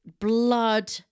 blood